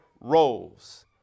roles